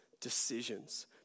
decisions